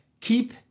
keep